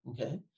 okay